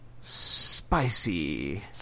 spicy